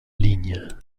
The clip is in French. ligne